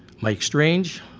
mike strange,